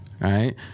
Right